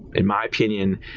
in my opinion,